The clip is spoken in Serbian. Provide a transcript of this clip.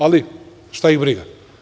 Ali, šta ih briga.